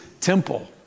temple